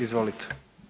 Izvolite.